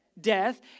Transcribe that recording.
death